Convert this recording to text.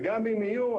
וגם אם יהיו,